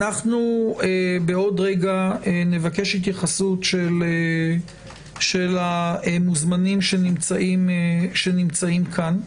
אנחנו בעוד רגע נבקש התייחסות של המוזמנים שנמצאים כאן.